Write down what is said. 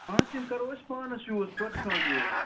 آ تِم کَرو أسۍ پانَس یوٗز پٔرسٕنَل یوٗز